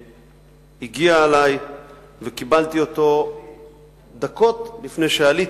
שהגיע אלי וקיבלתי אותו דקות לפני שעליתי.